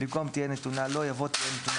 במקום "תהיה נתונה לו" יבוא "תהיה נתונה